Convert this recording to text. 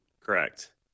Correct